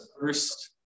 first